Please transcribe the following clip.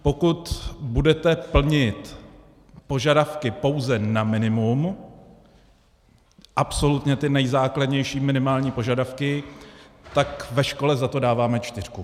Pokud budete plnit požadavky pouze na minimum, absolutně ty nejzákladnější minimální požadavky, tak ve škole za to dáváme čtyřku.